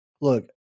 look